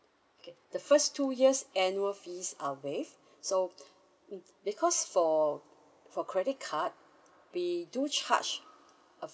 okay the first two years annual fees are waived so because for for credit card we do charge a